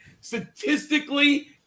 Statistically